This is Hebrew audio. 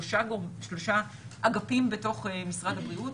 שלושה אגפים בתוך משרד הבריאות,